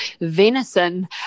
venison